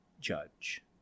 judge